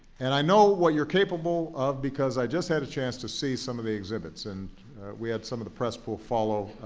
and i know what you're capable of because i just had a chance to see some of the exhibits, and we had some of the press pool follow.